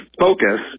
focus